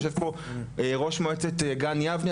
יושב פה ראש מועצת גן יבנה,